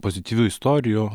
pozityvių istorijų